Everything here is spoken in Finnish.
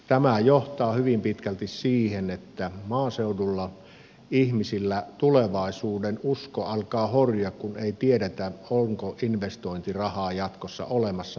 tämä johtaa hyvin pitkälti siihen että maaseudulla ihmisillä tulevaisuudenusko alkaa horjua kun ei tiedetä onko investointirahaa jatkossa olemassa vai ei